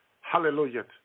Hallelujah